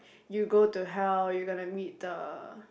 you go to hell you're gonna meet the